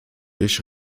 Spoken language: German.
ich